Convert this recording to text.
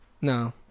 No